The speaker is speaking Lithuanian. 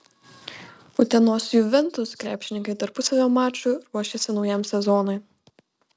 utenos juventus krepšininkai tarpusavio maču ruošiasi naujam sezonui